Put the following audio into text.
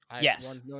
yes